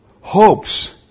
hopes